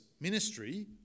ministry